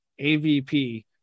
avp